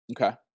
Okay